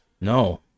No